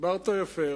דיברת יפה,